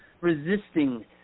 Resisting